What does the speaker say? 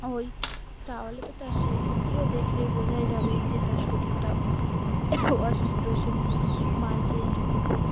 ওই তাহলে তো তার সে মুরগিরও দেখলেই বোঝাই যাবে যে তার শরীরটা অসুস্থ সে মুরগি বাঁচবে না মরবে